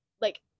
Like-